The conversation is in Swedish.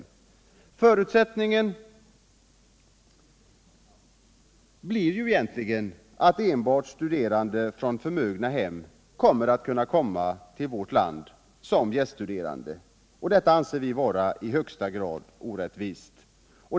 I fortsättningen blir det enbart ungdomar från förmögna hem som kan komma till vårt land som gäststuderande, och det anser vi vara i högsta grad orättvist.